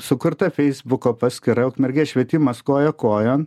sukurta feisbuko paskyra ukmergės švietimas koja kojon